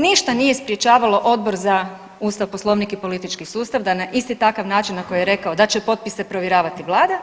Ništa nije sprječavalo Odbor za Ustav, Poslovnik i politički sustav da na isti takav način na koji je rekao da će potpise provjeravati Vlada,